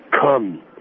come